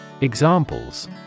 Examples